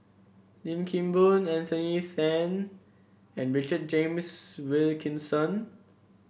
Lim Kim Boon Anthony Then and Richard James Wilkinson